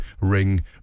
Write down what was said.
ring